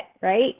right